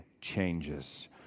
changes